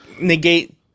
negate